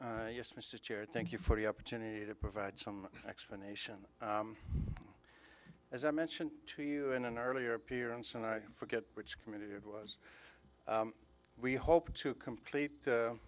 it yes mr chair thank you for the opportunity to provide some explanation as i mentioned to you in an earlier appearance and i forget which committee it was we hope to complete